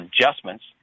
adjustments